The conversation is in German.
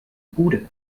bude